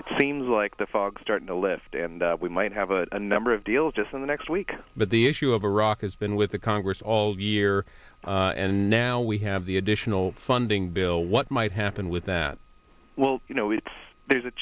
it seems like the fog starting to lift and we might have a number of deals just in the next week but the issue of iraq has been with the congress all year and now we have the additional funding bill what might happen with that well you know it's there's a